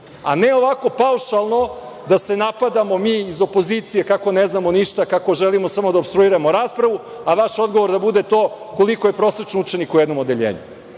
a ne ovako paušalno da se napadamo mi iz opozicije kako ne znamo ništa, kako želimo samo da opstruiramo raspravu, a vaš odgovor da bude to koliko je prosečno učenika u jednom odeljenju. Podsetiću